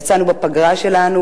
יצאנו בפגרה שלנו